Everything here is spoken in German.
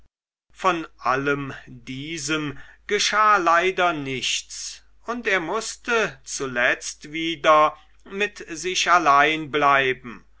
von allem diesem geschah leider nichts und er mußte zuletzt wieder mit sich allein bleiben